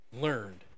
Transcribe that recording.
learned